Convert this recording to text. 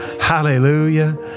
Hallelujah